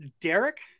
derek